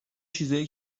چیزای